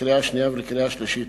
לקריאה שנייה ולקריאה שלישית.